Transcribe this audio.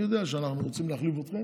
אני יודע שאנחנו רוצים להחליף אתכם.